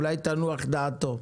אולי תנוח דעתו.